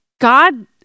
god